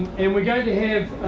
and we're going to have